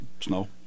Snow